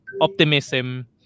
optimism